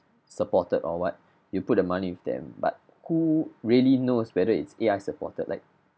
supported or what you put the money with them but who really knows whether it's A_I supported like